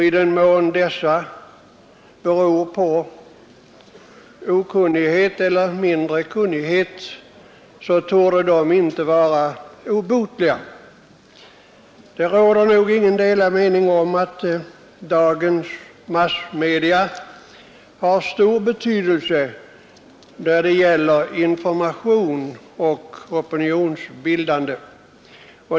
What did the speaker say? I den mån dessa beror på okunnighet eller mindre kunnighet, torde de inte vara obotliga. Det råder nog inga delade meningar om att dagens massmedia har stor betydelse när det gäller information och opinionsbildning.